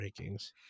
rankings